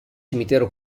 cimitero